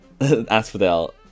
Asphodel